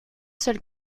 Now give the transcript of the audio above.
seul